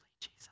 Jesus